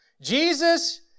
Jesus